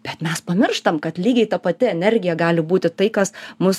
bet mes pamirštam kad lygiai ta pati energija gali būti tai kas mus